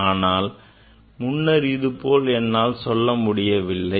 ஆனால் முன்னர் இது போல் என்னால் சொல்ல முடியவில்லை